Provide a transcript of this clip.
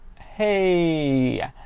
hey